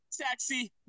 taxi